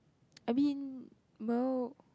I mean well